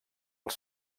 els